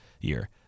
year